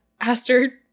Aster